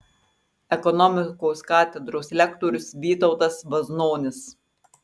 ekonomikos katedros lektorius vytautas vaznonis